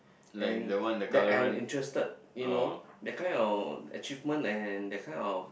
and that I am interested you know that kind of achievement and that kind of